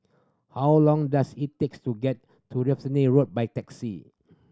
how long does it takes to get to Road by taxi